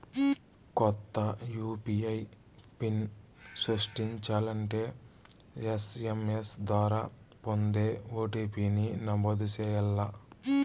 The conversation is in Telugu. కొత్త యూ.పీ.ఐ పిన్ సృష్టించాలంటే ఎస్.ఎం.ఎస్ ద్వారా పొందే ఓ.టి.పి.ని నమోదు చేయాల్ల